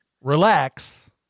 relax